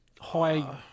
high